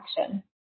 action